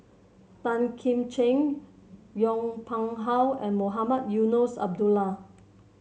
Tan Kim Ching Yong Pung How and Mohamed Eunos Abdullah